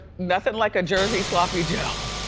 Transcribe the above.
nothing like a jersey sloppy joe